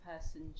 person